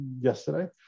yesterday